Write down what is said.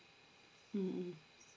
mm mm